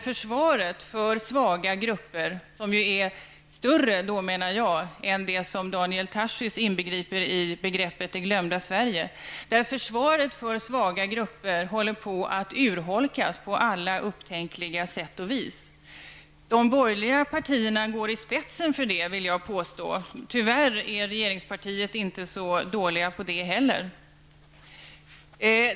Försvaret för de svaga grupperna -- som enligt min uppfattning omfattar fler än dem som Daniel Tarschys inbegriper i begreppet det glömda Sverige -- håller på att urholkas på alla upptänkliga sätt. Jag vill påstå att de borgerliga partierna går i spetsen för detta. Tyvärr är inte heller regeringspartiet så dåligt på att delta.